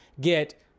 get